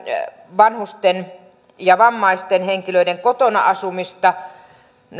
vanhusten ja vammaisten henkilöiden kotona asumista